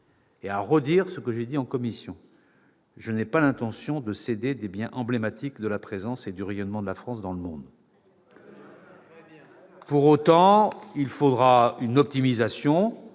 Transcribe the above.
je l'ai déjà fait en commission, que je n'ai pas l'intention de céder des biens emblématiques de la présence et du rayonnement de la France dans le monde. Pour autant, une optimisation